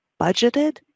budgeted